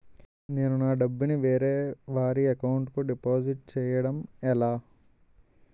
నేను నా డబ్బు ని వేరే వారి అకౌంట్ కు డిపాజిట్చే యడం ఎలా?